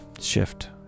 shift